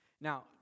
Now